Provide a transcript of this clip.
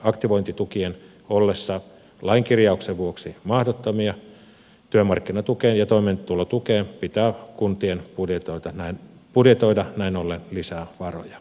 aktivointitukien ollessa lain kirjauksen vuoksi mahdottomia työmarkkinatukeen ja toimeentulotukeen pitää kuntien budjetoida näin ollen lisää varoja